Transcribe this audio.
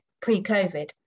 pre-COVID